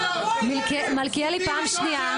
מלכיאלי, פעם שנייה.